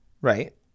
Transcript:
Right